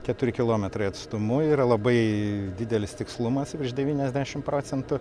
keturi kilometrai atstumu yra labai didelis tikslumas virš devyniasdešim procentų